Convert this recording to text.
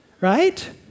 right